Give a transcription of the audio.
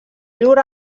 llur